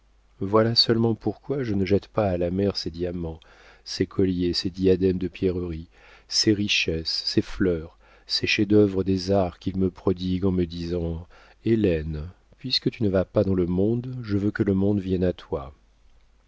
voilà seulement pourquoi je ne jette pas à la mer ces diamants ces colliers ces diadèmes de pierreries ces richesses ces fleurs ces chefs-d'œuvre des arts qu'il me prodigue en me disant hélène puisque tu ne vas pas dans le monde je veux que le monde vienne à toi